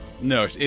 No